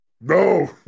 No